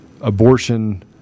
abortion